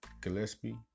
Gillespie